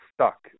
stuck